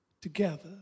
together